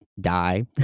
die